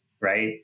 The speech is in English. right